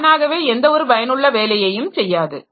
தானாகவே எந்த ஒரு பயனுள்ள வேலையையும் செய்யாது